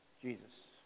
Jesus